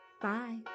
Bye